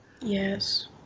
Yes